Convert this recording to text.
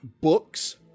Books